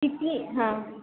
किती हां